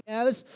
else